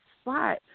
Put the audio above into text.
spot